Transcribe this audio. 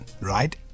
Right